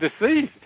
deceased